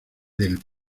del